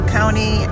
County